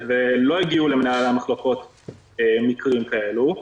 ולא הגיעו למנהלי המחלקות מקרים כאלה.